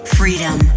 freedom